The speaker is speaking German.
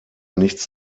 nichts